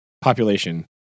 population